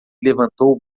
levantou